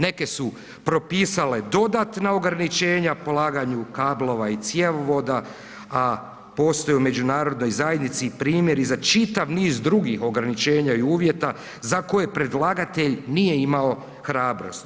Neke su propisale dodatna ograničenja polaganju kablova i cjevovoda, a postoji u međunarodnoj zajednici i primjeri za čitav niz drugih ograničenja i uvjeta za koje predlagatelj nije imao hrabrosti.